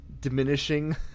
diminishing